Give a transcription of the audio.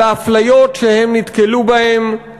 על האפליות שהם נתקלו בהן,